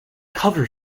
cover